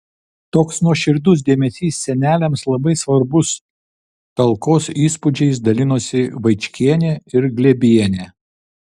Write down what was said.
toks nuoširdus dėmesys seneliams labai svarbus talkos įspūdžiais dalinosi vaičkienė ir glėbienė